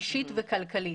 אישית וכלכלית.